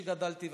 שבהן גדלתי,